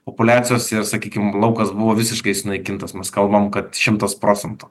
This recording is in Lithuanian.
populiacijos ir sakykim laukas buvo visiškai sunaikintas mes kalbam kad šimtas procentų